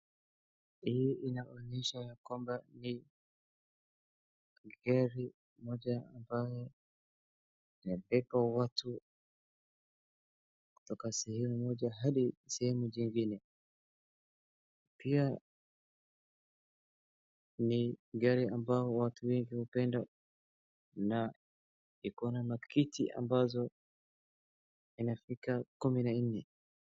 Hii inaonyesha ya kwamba ni gari moja ambayo imebeba watu kutoka sehemu moja hadi nyingine, pia ni gari ambayo watu hupenda na iko na viti ambavyo vinafika kumi na nne.